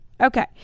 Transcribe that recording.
Okay